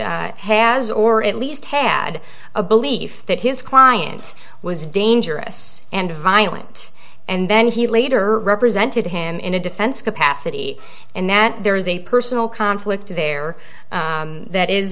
hunt has or at least had a belief that his client was dangerous and violent and then he later represented him in a defense capacity and that there is a personal conflict there that is